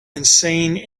insane